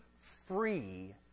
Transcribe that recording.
free